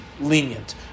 lenient